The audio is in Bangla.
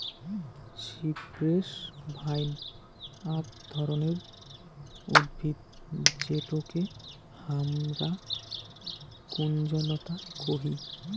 সিপ্রেস ভাইন আক ধরণের উদ্ভিদ যেটোকে হামরা কুঞ্জলতা কোহি